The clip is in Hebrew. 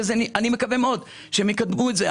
ואני מקווה מאוד שהם יקדמו את זה,